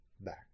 back